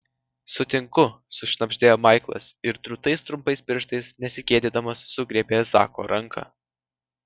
sutinku sušnabždėjo maiklas ir drūtais trumpais pirštais nesigėdydamas sugriebė zako ranką